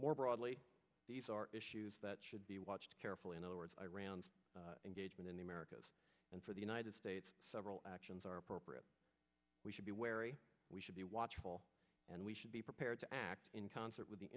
more broadly these are issues that should be watched carefully in other words iran's engagement in the americas and for the united states several actions are appropriate we should be wary we should be watchful and we should be prepared to act in concert with the